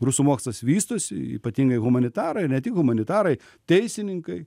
rusų mokslas vystosi ypatingai humanitarai ir ne tik humanitarai teisininkai